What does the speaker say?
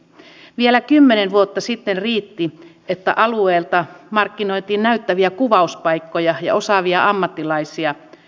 nyt tulen lopuksi siihen mitä itse toivon että meistä jokainen suomalainen tällaisena hetkenä ajattelee